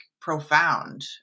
profound